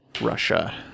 Russia